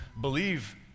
believe